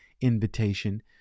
invitation